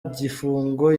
gifungo